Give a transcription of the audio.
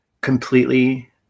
completely